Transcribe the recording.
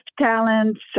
talents